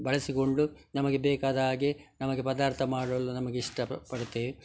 ಬಳಸಿಕೊಂಡು ನಮಗೆ ಬೇಕಾದ ಹಾಗೆ ನಮಗೆ ಪದಾರ್ಥ ಮಾಡಲು ನಮಗೆ ಇಷ್ಟ ಪಡುತ್ತೇವೆ